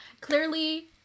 Clearly